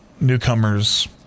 newcomers